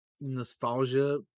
nostalgia